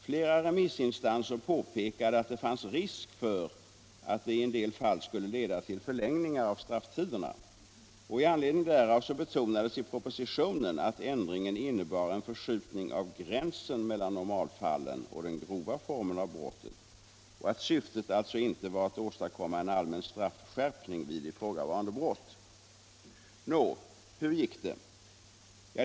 Flera remissinstanser påpekade att det fanns risk för att det i en del fall skulle leda till förlängningar av strafftiderna. I anledning därav betonades i propositionen att ändringen innebar en förskjutning av gränsen mellan normalfallen och den grova formen av brottet och att syftet alltså inte var att åstadkomma en allmän straffskärpning vid ifrågavarande brott. Nå, hur gick det?